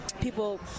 People